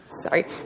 Sorry